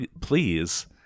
please